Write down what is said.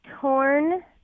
torn